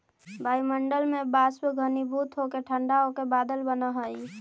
वायुमण्डल में वाष्प घनीभूत होके ठण्ढा होके बादल बनऽ हई